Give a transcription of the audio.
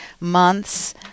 months